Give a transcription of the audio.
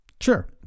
Sure